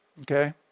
Okay